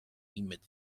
emmett